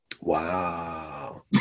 Wow